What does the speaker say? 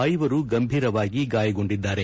ಐವರು ಗಂಭೀರವಾಗಿ ಗಾಯಗೊಂಡಿದ್ದಾರೆ